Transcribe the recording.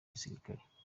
gisirikare